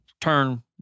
turn